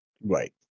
Right